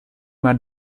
man